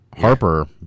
Harper